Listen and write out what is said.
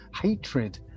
hatred